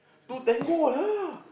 to Tango lah